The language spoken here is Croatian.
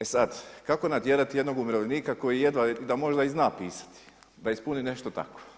E sada kako natjerati jednog umirovljenika koji jedva da možda i zna pisati da ispuni nešto tako?